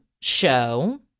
show